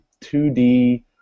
2D